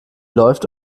läuft